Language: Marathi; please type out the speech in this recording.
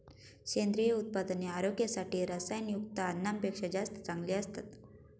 सेंद्रिय उत्पादने आरोग्यासाठी रसायनयुक्त अन्नापेक्षा जास्त चांगली असतात